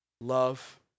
love